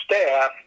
staff